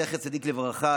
זכר צדיק לברכה,